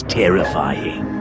terrifying